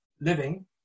living